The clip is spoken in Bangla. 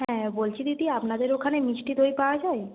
হ্যাঁ বলছি দিদি আপনাদের ওখানে মিষ্টি দই পাওয়া যায়